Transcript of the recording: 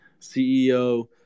CEO